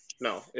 No